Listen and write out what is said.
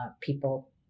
people